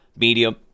medium